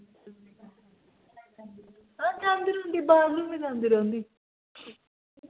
हां गांदी रौंह्दी बाथरूम बी गांदे रौंह्दी